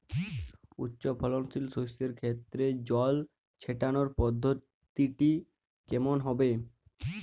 উচ্চফলনশীল শস্যের ক্ষেত্রে জল ছেটানোর পদ্ধতিটি কমন হবে?